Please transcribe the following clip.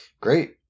Great